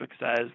says